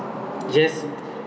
yes